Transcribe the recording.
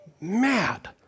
mad